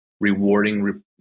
rewarding